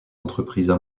entreprises